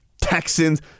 Texans